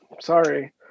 sorry